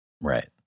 Right